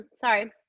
sorry